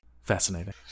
Fascinating